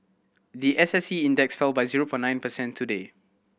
the S S E Index fell by zero point nine percent today